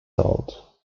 old